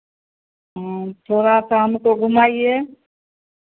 हाँ थोड़ा सा हमको घुमाइए